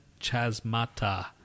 chasmata